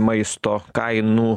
maisto kainų